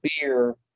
beer